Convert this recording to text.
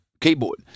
keyboard